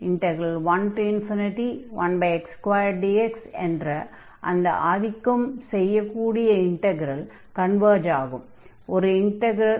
1 1x2dx என்ற அந்த ஆதிக்கம் செய்யக் கூடிய இன்டக்ரல் கன்வர்ஜ் ஆகும் ஒரு இன்டக்ரல்